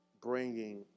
bringing